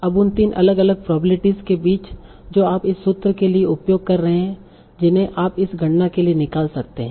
अब उन 3 अलग अलग प्रोबब्लिटीस के बीच जो आप इस सूत्र के लिए उपयोग कर रहे हैं जिन्हें आप इस गणना के लिए निकाल सकते हैं